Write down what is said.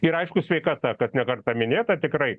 ir aišku sveikata kas ne kartą minėta tikrai